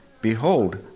behold